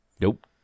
Nope